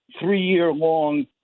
three-year-long